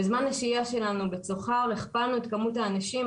בזמן השהייה שלנו בצוחר הכפלנו את כמות האנשים.